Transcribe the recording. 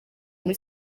muri